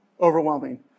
overwhelming